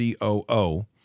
COO